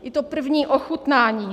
I to první ochutnání.